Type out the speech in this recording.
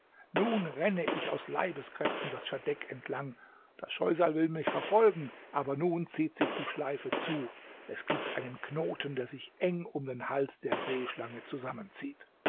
nun renne ich aus leibeskräften das verdeck entlang das scheusal will mich verfolgen aber nun zieht sich die schleife zu es gibt einen knoten der sich eng um den hals der seeschlange zusammenzieht